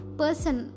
person